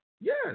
Yes